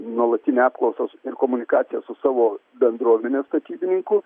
nuolatinę apklausos ir komunikaciją su savo bendruomene statybininkų